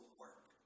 work